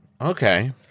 Okay